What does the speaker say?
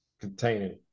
containing